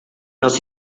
nos